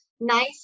nice